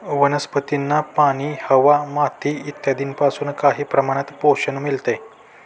वनस्पतींना पाणी, हवा, माती इत्यादींपासून काही प्रमाणात पोषण मिळते